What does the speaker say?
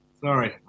Sorry